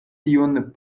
tiun